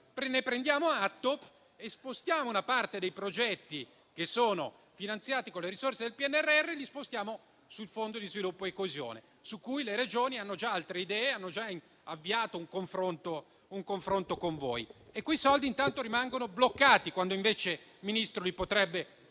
ne prendiamo atto e spostiamo una parte dei progetti, che sono finanziati con le risorse del PNRR, e li spostiamo sul fondo di sviluppo e coesione, su cui le Regioni hanno già altre idee e hanno già avviato un confronto un confronto con voi. Quei soldi, intanto, rimangono bloccati, quando invece, signor Ministro, li potrebbe